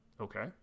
Okay